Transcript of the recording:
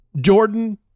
Jordan